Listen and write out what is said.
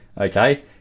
Okay